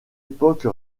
époque